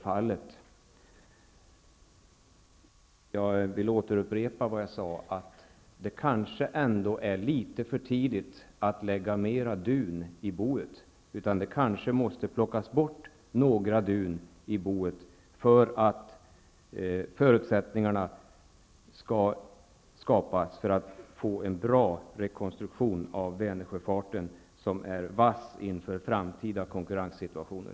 Jag vill upprepa vad jag sade: Det kanske är litet för tidigt att lägga mer dun i boet. Det kanske måste plockas bort några dun för att förutsättningarna skall kunna skapas för en bra rekonstruktion av Vänersjöfarten, som är vass inför framtida konkurrenssituationer.